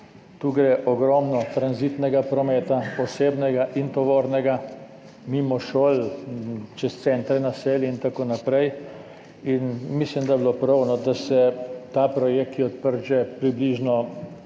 Tu gre ogromno tranzitnega prometa, osebnega in tovornega, mimo šol, skozi centre naselij in tako naprej. Mislim, da bi bilo prav, da se ta projekt, ki je odprt,